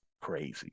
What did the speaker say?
crazy